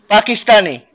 Pakistani